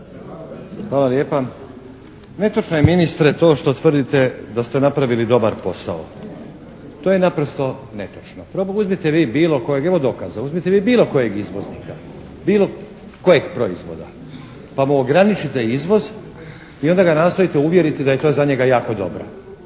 Hvala lijepa. Netočno je ministre to što tvrdite da ste napravili dobar posao. To je naprosto netočno. Evo dokaza. Uzmite vi bilo kojeg izvoznika bilo kojeg proizvoda pa mu ograničite izvoz i onda ga nastojte uvjeriti da je to za njega jako dobro.